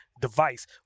device